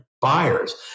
buyers